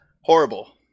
horrible